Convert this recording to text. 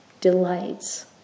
delights